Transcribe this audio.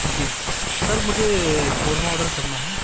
جی sir مجھے korma order کرنا ہے